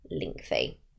lengthy